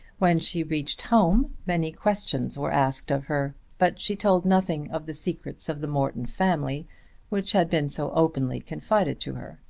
when she reached home many questions were asked of her, but she told nothing of the secrets of the morton family which had been so openly confided to her.